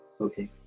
Okay